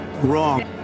Wrong